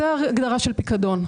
זה ההגדרה של פיקדון.